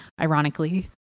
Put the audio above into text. ironically